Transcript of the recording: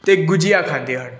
ਅਤੇ ਗੁਜੀਆ ਖਾਂਦੇ ਹਨ